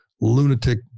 lunatic